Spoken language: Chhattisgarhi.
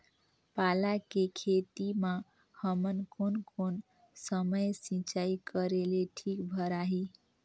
पाला के खेती मां हमन कोन कोन समय सिंचाई करेले ठीक भराही?